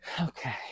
Okay